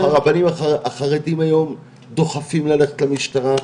הרבנים החרדים היום דוחפים ללכת למשטרה,